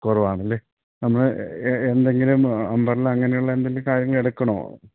കുറവാണല്ലേ നമ്മൾ എന്തെങ്കിലും അമ്പ്രല്ലാ അങ്ങനെയുള്ള എന്തെങ്കിലും കാര്യങ്ങൾ എടുക്കണോ